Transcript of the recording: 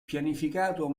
pianificato